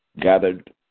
gathered